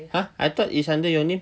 !huh! I thought it's under your name